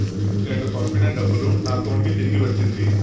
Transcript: నేను పంపిన డబ్బులు నా అకౌంటు కి తిరిగి వచ్చింది